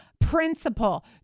principle